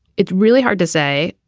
it's really hard to say.